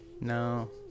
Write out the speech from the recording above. No